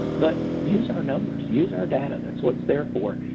but use our numbers. use our data. that's what it's there for.